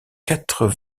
quatre